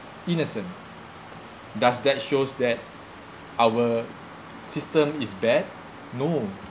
innocent does that shows that our system is bad no